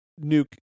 Nuke